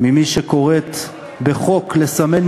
ממי שקוראת לסמן,